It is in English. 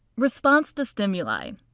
response to stimuli.